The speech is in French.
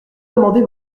amender